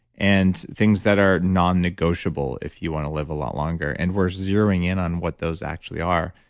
and things that are non-negotiable, if you want to live a lot longer. and we're zeroing in on what those actually are.